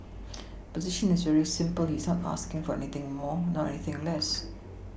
position is very simple he is not asking for anything more not anything less